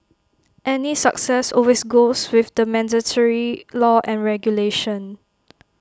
any success always goes with the mandatory law and regulation